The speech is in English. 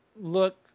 look